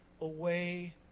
away